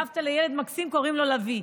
סבתא לילד מקסים, קוראים לו לביא.